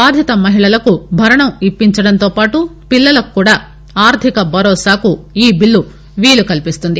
బాధిత మహిళలకు భరణం ఇప్పించడంతోపాటు పిల్లలకు కూడా ఆర్గిక భరోసాకు ఈ బిల్లు వీలు కల్పిస్తుంది